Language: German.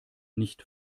nicht